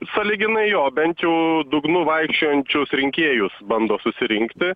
sąlyginai jo bent jau dugnu vaikščiojančius rinkėjus bando susirinkti